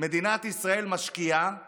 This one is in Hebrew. מדינת ישראל משקיעה